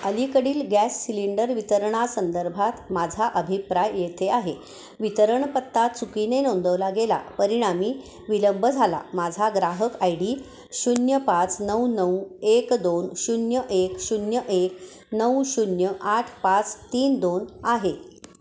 अलीकडील gas cylinder वितरणासंदर्भात माझा अभिप्राय येथे आहे वितरणपत्ता चुकीने नोंदवला गेला परिणामी विलंब झाला माझा ग्राहक आय डी शून्य पाच नऊ नऊ एक दोन शून्य एक शून्य एक नऊ शून्य आठ पाच तीन दोन आहे